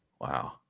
Wow